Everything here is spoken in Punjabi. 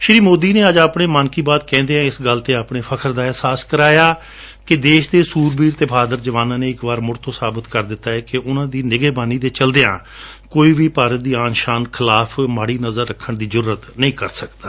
ਸ਼੍ਰੀ ਮੋਦੀ ਨੇ ਅੱਜ ਅਪਾਣੇ ਮਨ ਕੀ ਬਾਤ ਕਹਿੰਦਿਆਂ ਇਸ ਗੱਲ ਤੇ ਅਪਾਣੇ ਫਖਰ ਦਾ ਏਹਸਾਲ ਕਰਵਾਇਆ ਕਿ ਦੇਸ਼ ਦੇ ਸੂਰਬੀਰ ਅਤੇ ਬਹਾਦਰ ਜਵਾਨਾਂ ਨੇ ਇਕ ਵਾਰ ਮੁੜ ਤੋਂ ਸਾਬਤ ਕਰ ਦਿੱਤੈ ਕਿ ਉਨਾਂ ਦੀ ਨਿਗਾਹਬਾਨੀ ਦੇ ਚਲਦਿਆਂ ਕੋਈ ਵੀ ਭਾਰਤ ਦੀ ਆਨ ਅਤੇ ਸ਼ਾਨ ਖਿਲਾਫ ਮਾੜੀ ਨਜਰ ਰੱਖਣ ਦੀ ਜੁਰੱਤ ਨਹੀ ਕਰ ਸਕਦਾ